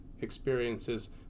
experiences